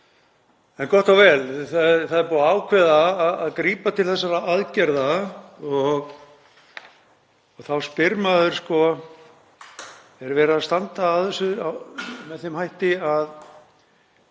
En gott og vel. Það er búið að ákveða að grípa til þessara aðgerða. Þá spyr maður: Er staðið að þessu með þeim hætti að